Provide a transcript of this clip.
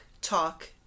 talk